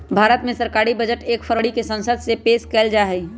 भारत मे सरकारी बजट एक फरवरी के संसद मे पेश कइल जाहई